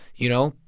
you know,